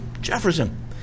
Jefferson